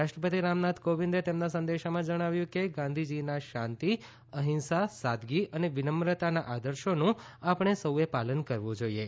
રાષ્ટ્રપતિ રામનાથ કોવિંદે તેમના સંદેશામાં જણાવ્યું કે ગાંધીજીના શાંતી અહિંસા સાદગી અને વિનંમ્રતાના આદર્શોનું આપણે સૌએ પાલન કરવું જોઇએ